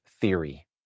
theory